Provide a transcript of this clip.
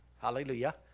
hallelujah